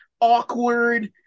awkward